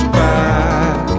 back